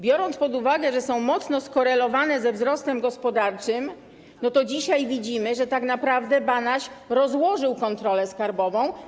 Biorąc pod uwagę, że są mocno skorelowane ze wzrostem gospodarczym, to dzisiaj widzimy, że tak naprawdę Banaś rozłożył kontrolę skarbową.